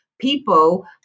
people